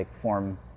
form